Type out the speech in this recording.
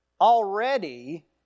already